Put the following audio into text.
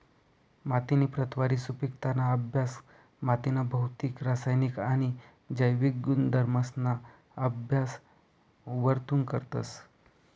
मातीनी प्रतवारी, सुपिकताना अभ्यास मातीना भौतिक, रासायनिक आणि जैविक गुणधर्मसना अभ्यास वरथून करतस